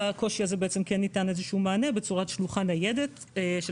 לקושי הזה ניתן איזה שהוא מענה בצורת שלוחה ניידת של